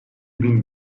bin